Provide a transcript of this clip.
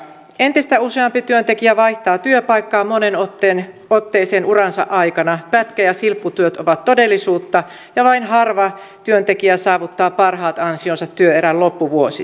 entistä useampi työntekijä vaihtaa työpaikkaa moneen otteeseen uransa aikana pätkä ja silpputyöt ovat todellisuutta ja vain harva työntekijä saavuttaa parhaat ansionsa työuran loppuvuosina